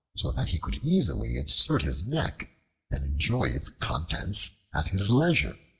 so that he could easily insert his neck and enjoy its contents at his leisure.